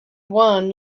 one